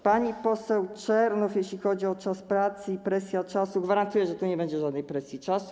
Pani poseł Czernow - jeśli chodzi o czas pracy i presję czasu, gwarantuję, że tu nie będzie żadnej presji czasu.